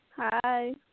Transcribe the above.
Hi